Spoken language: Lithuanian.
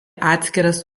atskiras